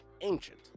ancient